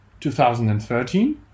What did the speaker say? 2013